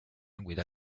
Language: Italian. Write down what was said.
guida